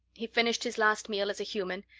he finished his last meal as a human,